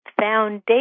foundation